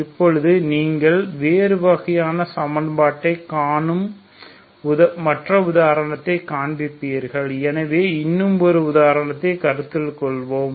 இப்போது நீங்கள் வேறு வகையான சமன்பாட்டைக் காணும் மற்ற உதாரணத்தைக் காண்பீர்கள் எனவே இன்னும் ஒரு உதாரணத்தைக் கருத்தில் கொள்வோம்